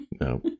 no